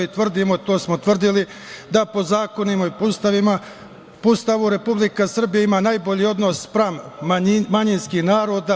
Tvrdimo, to smo tvrdili, da po zakonima i po Ustavu Republika Srbija ima najbolji odnos spram manjinskih naroda.